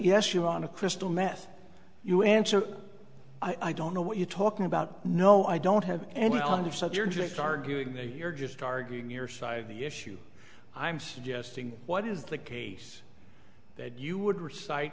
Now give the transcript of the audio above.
yes you're on a crystal meth you answer i don't know what you're talking about no i don't have any under subject arguing that you're just arguing your side of the issue i'm suggesting what is the case that you would recite